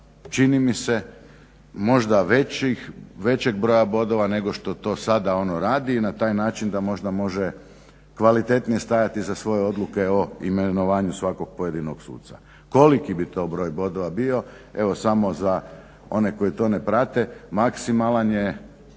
čini mi se možda većeg broja bodova nego što to sada ono radi i na taj način da možda može kvalitetnije stajati iza svoje odluke o imenovanju svakog pojedinog suca. Koliki bi to broj bodova bio, evo samo za one koji to ne prate, maksimalan je